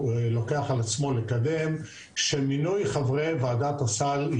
עבור זה מבקשים להוריד את המחיר.